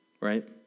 right